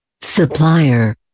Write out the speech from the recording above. supplier